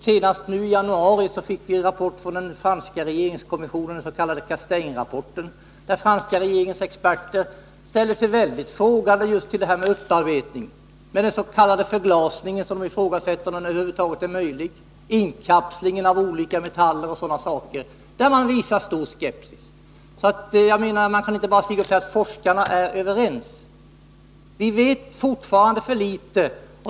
Senast nu i januari fick vi en rapport från den franska regeringskommissionen, den s.k. Castaing-rapporten, där den franska regeringens experter ställde sig mycket frågande till just detta med upparbetning och till dens.k. förglasningen. De ifrågasätter om den över huvud taget är möjlig. Det gäller även inkapslingen av olika metaller och sådana saker. Den rapporten visar stor skepsis. Man kan inte bara hänvisa till att forskare är överens. Vi vet fortfarande för litet.